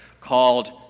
called